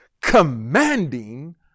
commanding